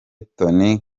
toni